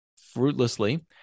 fruitlessly